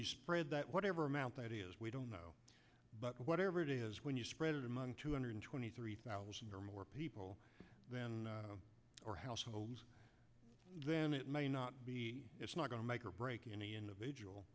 you read that whatever amount that is we don't know but whatever it is when you spread it among two hundred twenty three thousand or more people then or households then it may not be it's not going to make or break any individual